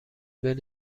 بین